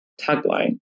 tagline